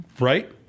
Right